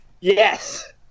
Yes